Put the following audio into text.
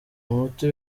umuti